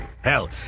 Hell